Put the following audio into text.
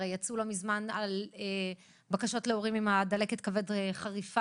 הרי יצאו לא מזמן בקשות להורים עם דלקת הכבד החריפה,